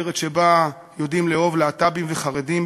מחתרת שבה יודעים לאהוב להט"בים וחרדים,